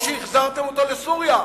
או שהחזרתם אותם לסוריה?